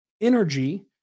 energy